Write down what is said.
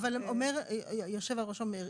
היושב-ראש אומר,